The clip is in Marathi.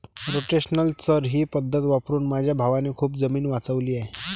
रोटेशनल चर ही पद्धत वापरून माझ्या भावाने खूप जमीन वाचवली आहे